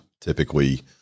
Typically